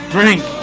drink